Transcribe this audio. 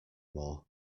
more